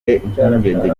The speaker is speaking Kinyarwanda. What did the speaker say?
impungenge